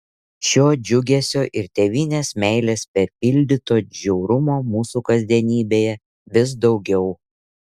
šio džiugesio ir tėvynės meilės perpildyto žiaurumo mūsų kasdienybėje vis daugiau